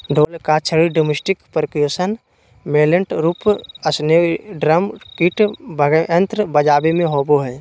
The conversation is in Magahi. ढोल का छड़ी ड्रमस्टिकपर्क्यूशन मैलेट रूप मेस्नेयरड्रम किट वाद्ययंत्र बजाबे मे होबो हइ